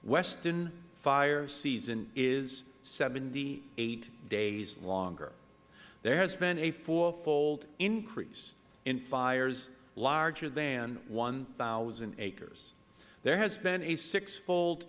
western fire season is seventy eight days longer there has been a fourfold increase in fires larger than one thousand acres there has been a sixfold